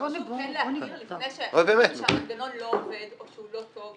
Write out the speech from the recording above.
חשוב להכיר לפני שמחליטים שהמנגנון לא עובד או שהוא לא טוב.